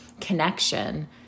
connection